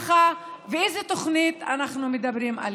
איזו הצמחה ואיזו תוכנית אנחנו מדברים.